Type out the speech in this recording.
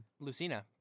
Lucina